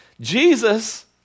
Jesus